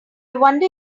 wonder